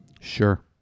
Sure